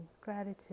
gratitude